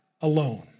alone